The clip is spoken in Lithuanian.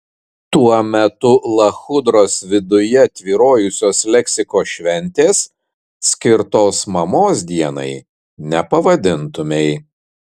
tuo metu lachudros viduje tvyrojusios leksikos šventės skirtos mamos dienai nepavadintumei